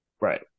Right